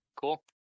Cool